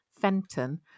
Fenton